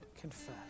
Confess